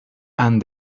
and